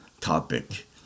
topic